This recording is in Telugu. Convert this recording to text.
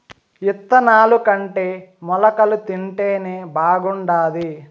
ఇత్తనాలుకంటే మొలకలు తింటేనే బాగుండాది